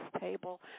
Table